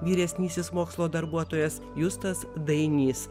vyresnysis mokslo darbuotojas justas dainys